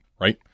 right